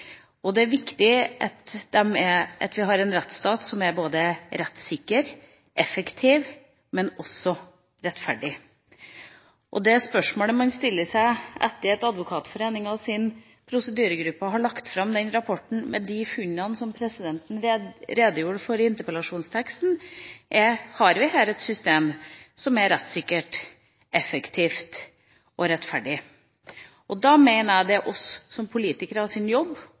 Det er viktig at vi har en rettsstat som er både rettssikker, effektiv og også rettferdig. Det spørsmålet man stiller seg etter at Advokatforeningens prosedyregruppe har lagt fram den rapporten med de funnene som presidenten redegjorde for i interpellasjonsteksten, er: Har vi her et system som er rettssikkert, effektivt og rettferdig? Da mener jeg at det er vår jobb som politikere